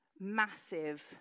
massive